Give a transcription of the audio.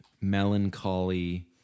melancholy